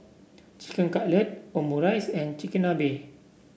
Chicken Cutlet Omurice and Chigenabe